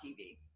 TV